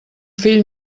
fill